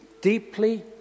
deeply